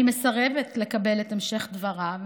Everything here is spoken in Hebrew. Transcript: אני מסרבת לקבל את המשך דבריו